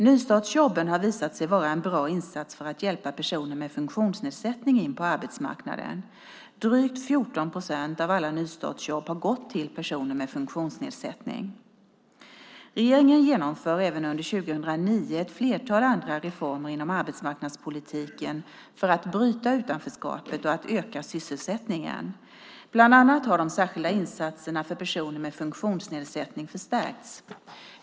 Nystartsjobben har visat sig vara en bra insats för att hjälpa personer med funktionsnedsättning in på arbetsmarknaden. Drygt 14 procent av alla nystartsjobb har gått till personer med funktionsnedsättning. Regeringen genomför även under 2009 ett flertal andra reformer inom arbetsmarknadspolitiken för att bryta utanförskapet och öka sysselsättningen. Bland annat har de särskilda insatserna för personer med funktionsnedsättning förstärkts.